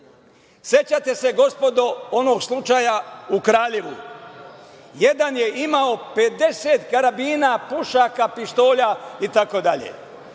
Sećate se, gospodo, onog slučaja u Kraljevu. Jedan je imao 50 karabina, pušaka, pištolja itd.